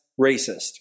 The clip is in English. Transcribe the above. racist